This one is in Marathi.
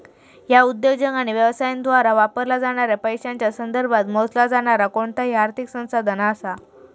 ह्या उद्योजक आणि व्यवसायांद्वारा वापरला जाणाऱ्या पैशांच्या संदर्भात मोजला जाणारा कोणताही आर्थिक संसाधन असा